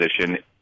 position